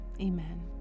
Amen